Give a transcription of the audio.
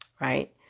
right